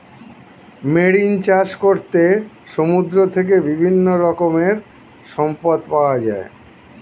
marine চাষ করাতে সমুদ্র থেকে বিভিন্ন রকমের সম্পদ পাওয়া যায়